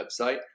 website